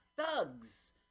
thugs